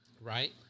right